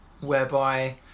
whereby